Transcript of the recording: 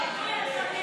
ואתה פרופסור,